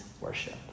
worship